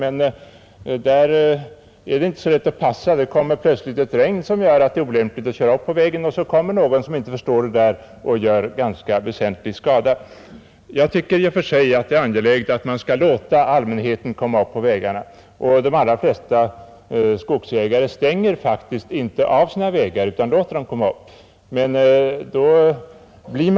Men det är inte så lätt att passa dessa tillfällen. Plötsligt kommer det ett regn som gör det olämpligt att köra in på vägen, men så är det någon bilist som inte förstår detta och som gör ganska väsentlig skada. Jag tycker i och för sig att det är angeläget att man skall låta allmänheten komma in på skogsbilvägarna, och de allra flesta skogsägare stänger faktiskt inte av sina vägar utan låter allmänheten komma in där.